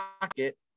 pocket